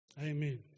Amen